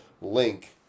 link